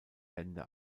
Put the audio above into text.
wende